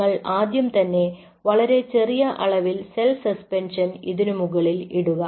നിങ്ങൾ ആദ്യം തന്നെ വളരെ ചെറിയ അളവിൽ സെൽ സസ്പെൻഷൻ ഇതിനു മുകളിൽ ഇടുക